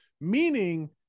meaning